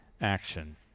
action